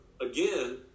again